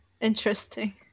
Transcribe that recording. Interesting